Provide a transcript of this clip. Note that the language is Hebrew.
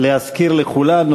להזכיר לכולנו,